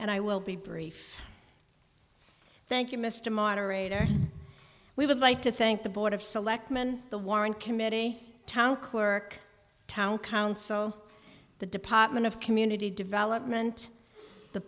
i will be brief thank you mr moderator we would like to thank the board of selectmen the warren committee town clerk town council the department of community development the